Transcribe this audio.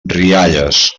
rialles